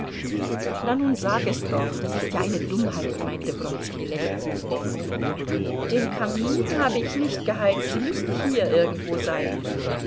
na nun sag es doch das ist ja eine dummheit meinte wronski lächelnd den kamin habe ich nicht geheizt sie müssen hier irgendwo sein